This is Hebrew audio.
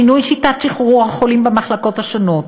שינוי שיטת שחרור החולים במחלקות השונות,